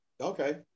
okay